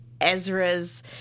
Ezra's